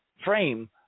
frame